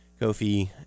Kofi